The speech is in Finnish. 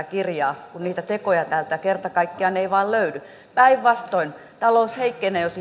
kirjaa sillä niitä tekoja täältä kerta kaikkiaan ei vaan löydy päinvastoin talous heikkenee jos